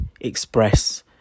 express